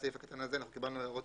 בלי לגרוע מהוראות